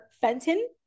Fenton